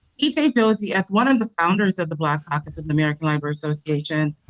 e j. josey, as one of the founders of the black caucus of the american library association,